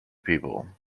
people